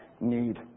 need